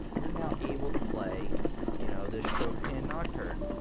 you're now able to play you know this chopin nocturne.